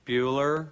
Bueller